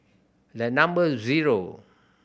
the number zero